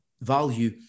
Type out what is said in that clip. value